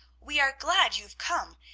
we are glad you have come!